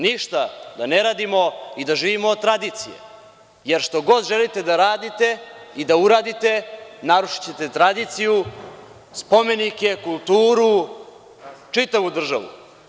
Ništa da ne radimo i da živimo od tradicije jer što god želite da radite i da uradite narušićete tradiciju, spomenike, kulturu, čitavu državu.